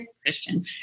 Christian